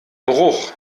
bruch